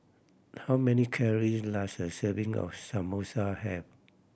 how many calories does a serving of Samosa have